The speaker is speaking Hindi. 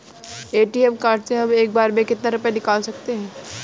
ए.टी.एम कार्ड से हम एक बार में कितना रुपया निकाल सकते हैं?